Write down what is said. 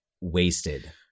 wasted